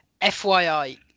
FYI